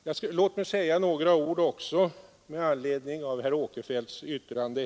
Låt mig också säga några ord med anledning av herr Åkerfeldts yttrande.